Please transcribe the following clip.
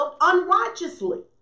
unrighteously